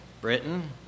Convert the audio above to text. Britain